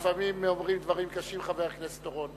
לפעמים אומרים דברים קשים, חבר הכנסת אורון.